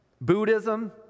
Buddhism